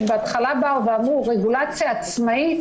שבהתחלה באו ואמרו "רגולציה עצמאית",